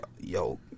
yo